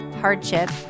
hardship